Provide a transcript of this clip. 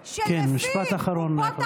כן, משפט אחרון, חברת הכנסת.